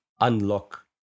unlock